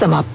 समाप्त